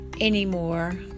anymore